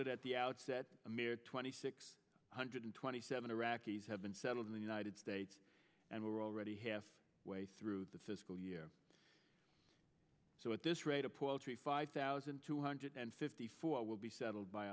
d at the outset a mere twenty six hundred twenty seven iraqis have been settled in the united states and we're already half way through the fiscal year so at this rate a paltry five thousand two hundred and fifty four will be settled by